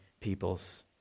people's